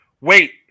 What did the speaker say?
Wait